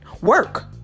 Work